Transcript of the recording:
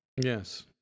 Yes